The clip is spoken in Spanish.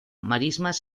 marismas